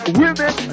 women